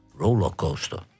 rollercoaster